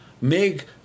make